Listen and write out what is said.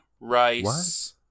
rice